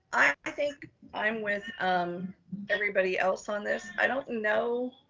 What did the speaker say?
i think i'm with um everybody else on this i don't know.